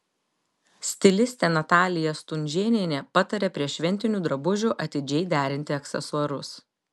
stilistė natalija stunžėnienė pataria prie šventinių drabužių atidžiai derinti aksesuarus